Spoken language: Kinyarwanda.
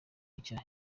nshya